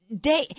day